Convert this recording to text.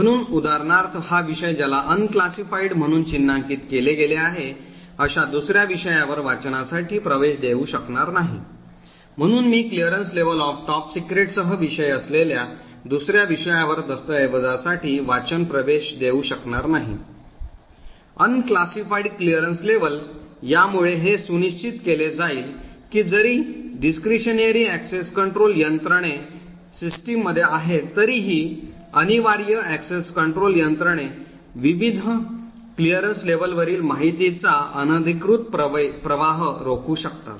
म्हणून उदाहरणार्थ हा विषय ज्याला unclassified म्हणून चिन्हांकित केले गेले आहे अशा दुसर्या विषयावर वाचनासाठी प्रवेश देऊ शकणार नाही म्हणून मी क्लिअरन्स लेव्हल ऑफ टॉप सीक्रेटसह विषय असलेल्या दुसर्या विषयावर दस्तऐवजासाठी वाचन प्रवेश देऊ शकणार नाही unclassified क्लीयरन्स लेव्हल यामुळे हे सुनिश्चित केले जाईल की जरी discretionary ऍक्सेस कंट्रोल यंत्रणे सिस्टम मध्ये आहेत तरीही अनिवार्य access control यंत्रणे विविध क्लियरन्स लेव्हल वरील माहितीचा अनधिकृत प्रवाह रोखू शकतात